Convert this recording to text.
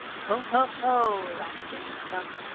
ho, ho, ho! laughed jimmy skunk.